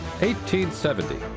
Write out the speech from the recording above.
1870